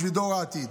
בשביל דור העתיד.